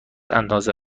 اندازه